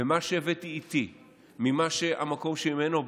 ומה שהבאתי איתי מהמקום שממנו באתי,